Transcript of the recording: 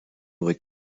aurait